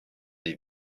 des